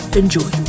enjoy